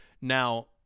now